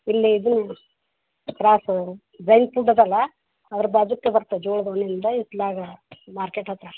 ಇಲ್ಲೇ ಇದು ತ್ರಾಸು ಜೈನ್ ಫುಡ್ ಅದಲ ಅದ್ರ ಬಾಜುಕ ಬರ್ತೆ ಜೋಳದ ಹುಲ್ಲಿಂದ ಇತ್ಲಾಗೆ ಮಾರ್ಕೆಟ್ ಹತ್ತಿರ